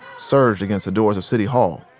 surged against the doors of city hall.